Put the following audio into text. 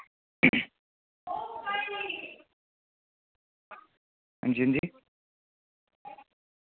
हांजी हांजी